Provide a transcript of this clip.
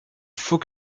faut